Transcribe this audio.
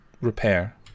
repair